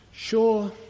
Sure